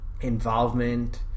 involvement